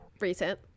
recent